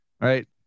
Right